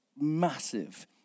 massive